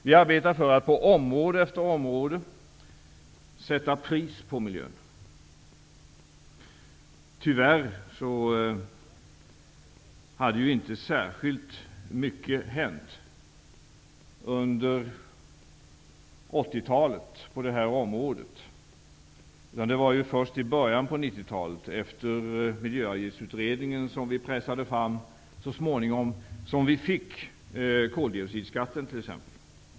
Vi arbetar med att på område efter område sätta pris på miljön. Tyvärr hade inte särskilt mycket hänt under 80-talet på miljöområdet. Det var först i början på 90-talet, efter den miljöavgiftsutredning som vi pressade fram, som vi så småningom fick t.ex. koldioxidskatten.